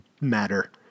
matter